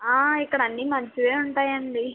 ఇక్కడన్నీ మంచివే ఉంటాయండి